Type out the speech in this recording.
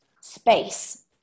space